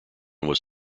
was